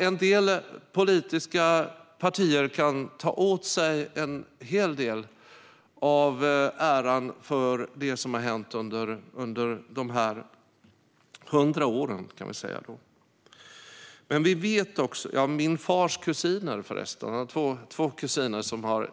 En del politiska partier kan ta åt sig en stor del av äran för det som har hänt under de gångna 100 åren. Min far hade två kusiner som